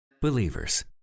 Believers